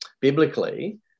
biblically